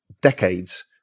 decades